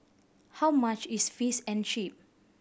how much is Fish and Chips